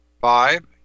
Five